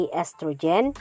estrogen